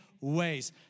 ways